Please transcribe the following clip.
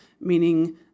meaning